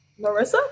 Marissa